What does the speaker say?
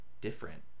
different